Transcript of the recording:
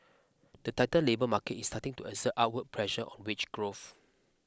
the tighter labour market is starting to exert our pressure on wage growth